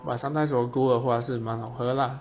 but sometimes 我有 go 的话是蛮好喝啦